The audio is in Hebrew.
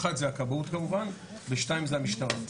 אחד זה הכבאות כמובן ושניים זה המשטרה.